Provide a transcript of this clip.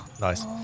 nice